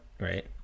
right